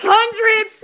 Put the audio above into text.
Hundred